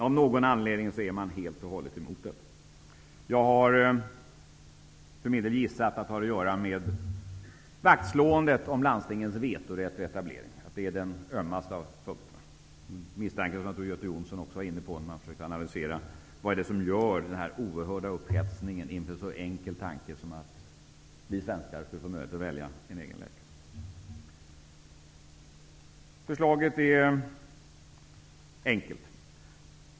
Av någon anledning är man helt och hållet emot förslaget. Jag har för min del gissat att det har att göra med vaktslåendet om landstingens vetorätt vid etableringar. Det är den ömmaste av punkterna. Det är en misstanke som också Göte Jonsson var inne på när han försökte komma fram till vad som är bakgrunden till den oerhörda upphetsningen inför en så enkel tanke som att vi svenskar skulle få möjlighet att välja en egen läkare. Förslaget är enkelt.